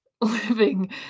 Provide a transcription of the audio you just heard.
living